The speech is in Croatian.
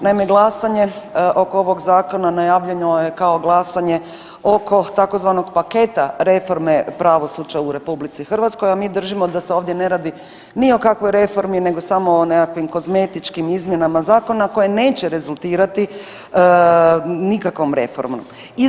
Naime, glasanje oko ovog zakona najavljeno je kao glasanje oko tzv. paketa reforme pravosuđa u RH, a mi držimo da se ovdje ne radi ni o kakvoj reformi nego samo o nekakvim kozmetičkim izmjenama zakona koje neće rezultirati nikakvom reformom.